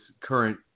current